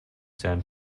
san